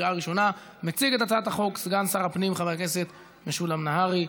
של חברי הכנסת מירב בן ארי,